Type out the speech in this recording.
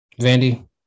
Vandy